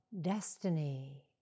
destiny